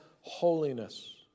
holiness